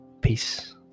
Peace